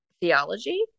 theology